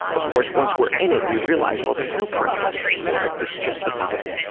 of course, once we're in it we realize, well, there's no preparation for it it's just about